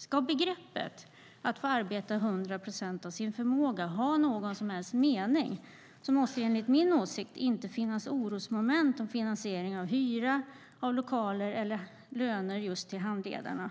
Ska begreppet att få arbeta 100 procent av sin förmåga ha någon som helst mening måste det, enligt min åsikt, inte finnas orosmoment om finansiering av hyra för lokaler eller löner till handledarna.